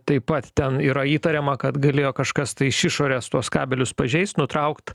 taip pat ten yra įtariama kad galėjo kažkas tai iš išorės tuos kabelius pažeist nutraukt